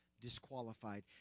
disqualified